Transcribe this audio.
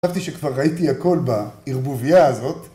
חשבתי שכבר ראיתי הכל בערבוביה הזאת